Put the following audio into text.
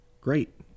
Great